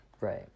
Right